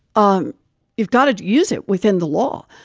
um you've got to use it within the law.